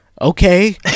Okay